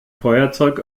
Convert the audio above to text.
feuerzeug